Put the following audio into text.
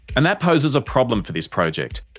and that poses a problem for this project.